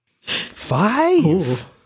five